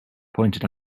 pointed